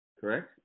correct